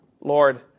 Lord